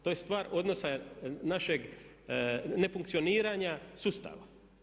To je stvar odnosa našeg nefunkcioniranja sustava.